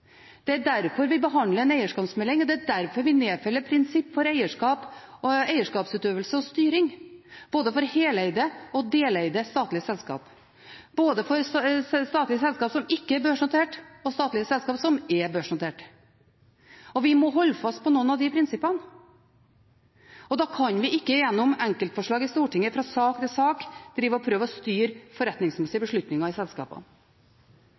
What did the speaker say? Det er derfor vi behandler en eierskapsmelding, og det er derfor vi nedfeller prinsipper for eierskapsutøvelse og styring for både heleide og deleide statlige selskaper, for statlige selskaper som ikke er børsnotert, og for statlige selskaper som er børsnotert. Vi må holde fast ved noen av de prinsippene. Da kan vi ikke gjennom enkeltforslag i Stortinget fra sak til sak drive og prøve å styre forretningsmessige beslutninger i selskapene.